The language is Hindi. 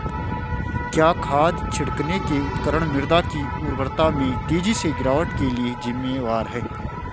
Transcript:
क्या खाद छिड़कने के उपकरण मृदा की उर्वरता में तेजी से गिरावट के लिए जिम्मेवार हैं?